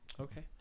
Okay